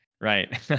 right